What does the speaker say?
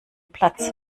platz